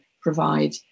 provide